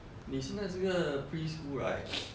你现在这个 preschool right